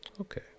Okay